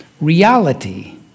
Reality